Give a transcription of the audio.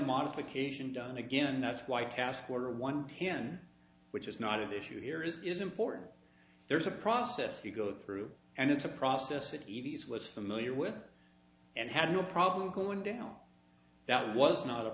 modification done again that's why task order one ten which is not an issue here is important there's a process to go through and it's a process that evey's was familiar with and had no problem going down that was not a